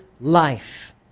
life